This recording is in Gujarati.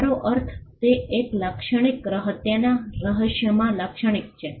મારો અર્થ તે એક લાક્ષણિક હત્યાના રહસ્યમાં લાક્ષણિક છે